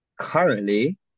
currently